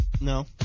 No